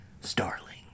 Starling